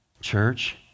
Church